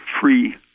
free